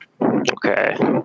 Okay